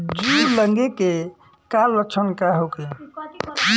जूं लगे के का लक्षण का होखे?